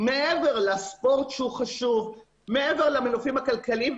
מעבר לספורט שהוא חשוב ומעבר למנופים הכלכליים.